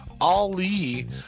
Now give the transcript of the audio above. Ali